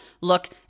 look